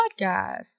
podcast